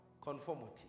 conformity